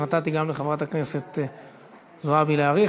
נתתי גם לחברת הכנסת זועבי להאריך.